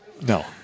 no